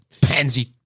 pansy